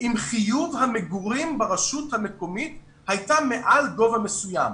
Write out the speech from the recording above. אם חיוב המגורים ברשות המקומית הייתה מעל גובה מסוים.